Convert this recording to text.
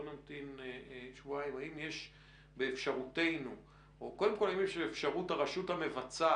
לא להמתין עם זה שבועיים חוות דעת האם יש באפשרות הרשות המבצעת